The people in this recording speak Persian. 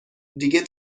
دیگه